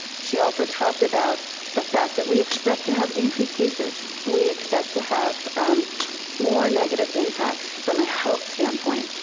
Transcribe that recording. she also talked about the fact that we expect to have increased cases. we expect to have more negative impacts from a health standpoint.